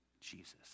Jesus